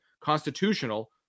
constitutional